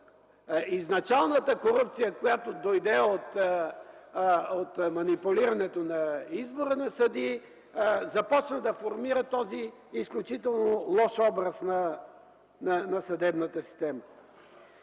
изначалната корупция, която дойде от манипулирането на избора на съдии, започна да формира този изключително лош образ на съдебната система.